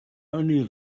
only